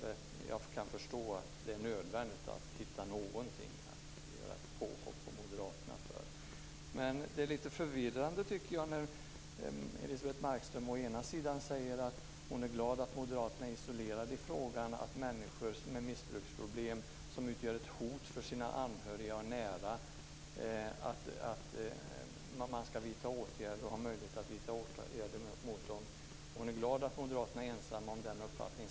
Jag kan förstå att det kan vara nödvändigt att hitta någonting som man kan göra ett påhopp på Moderaterna för, men det är lite förvirrande när Elisebeht Markström säger att hon är glad över att Moderaterna är isolerade i frågan när det gäller möjligheten att vidta åtgärder mot människor med missbruksproblem som utgör ett hot mot sina anhöriga och närstående.